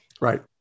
Right